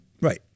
Right